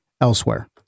elsewhere